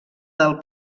del